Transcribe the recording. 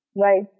right